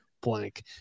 blank